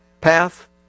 path